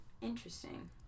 Interesting